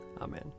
amen